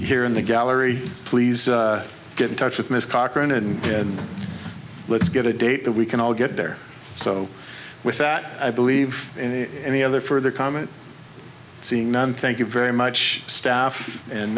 here in the gallery please get in touch with ms cochran and and let's get a date that we can all get there so with that i believe in any other further comment see none thank you very much staff and